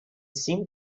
seemed